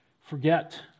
forget